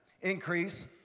increase